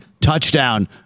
Touchdown